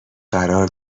قرار